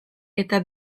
eta